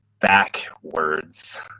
backwards